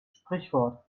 sprichwort